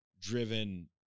driven